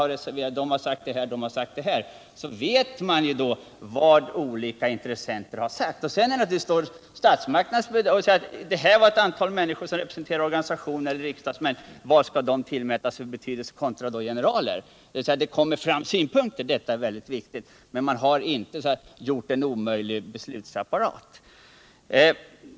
Har då ett råd hos myndigheten uttalat sig vet man vad olika intressenter tycker. Sedan kan det sägas: Här har ett antal politiker eller människor från organisationer etc. yttrat sig. Vad skall de tillmätas för betydelse jämfört med generaler? Det kommer fram synpunkter, och det är väldigt viktigt. Och man har inte gjort en tungrodd beslutsapparat.